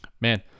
man